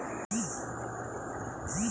আরবি জুঁই ফুল একটি বিশেষ ধরনের সুগন্ধি ফুল